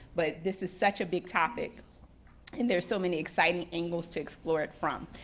but this is such a big topic and there's so many exciting angles to explore it from.